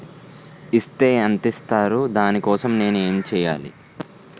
Is తే ఎంత ఇస్తారు దాని కోసం నేను ఎంచ్యేయాలి?